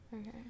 Okay